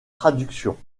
traductions